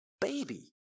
baby